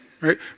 Right